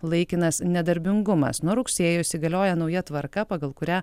laikinas nedarbingumas nuo rugsėjo įsigalioja nauja tvarka pagal kurią